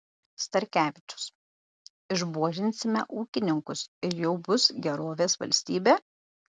starkevičius išbuožinsime ūkininkus ir jau bus gerovės valstybė